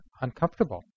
uncomfortable